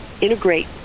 integrate